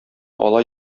алай